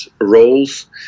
roles